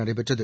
நடைபெற்றது